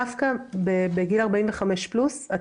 דווקא בגיל 45 פלוס,